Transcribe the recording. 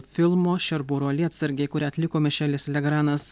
filmo šerburo lietsargiai kurią atliko mišelis legranas